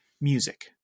music